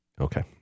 Okay